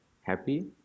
happy